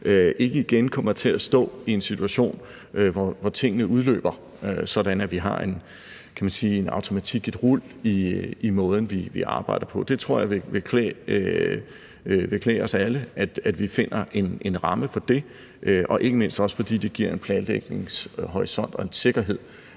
ikke igen kommer til at stå i en situation, hvor tingene udløber, altså sådan at vi har, kan man sige, en automatik, et rul i måden, vi arbejder på. Det tror jeg vil klæde os alle at vi finder en ramme for – ikke mindst fordi det også giver en planlægningshorisont og en sikkerhed,